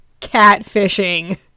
catfishing